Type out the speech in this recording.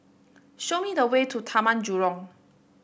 show me the way to Taman Jurong